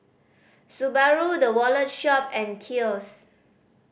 Subaru The Wallet Shop and Kiehl's